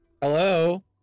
Hello